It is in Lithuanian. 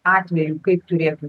atveju kaip turėtų